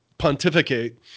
pontificate